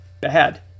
bad